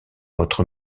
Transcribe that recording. votre